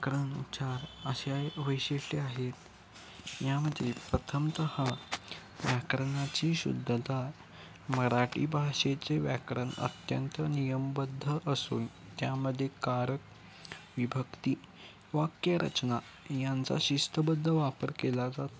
व्याकरण उच्चार अशा वैशिष्ट्य आहेत यामध्ये प्रथमतः व्याकरणाची शुद्धता मराठी भाषेचे व्याकरण अत्यंत नियमबद्ध असून त्यामध्ये कारक विभक्ती वाक्यरचना यांचा शिस्तबद्ध वापर केला जातो